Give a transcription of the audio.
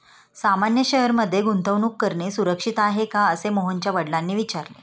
सामान्य शेअर मध्ये गुंतवणूक करणे सुरक्षित आहे का, असे मोहनच्या वडिलांनी विचारले